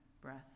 breath